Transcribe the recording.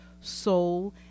soul